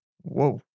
whoa